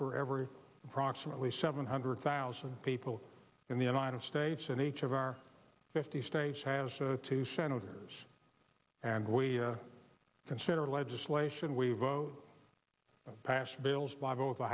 for every approximately seven hundred thousand people in the united states and each of our fifty states has two senators and we consider legislation we've passed bills by both